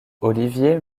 olivier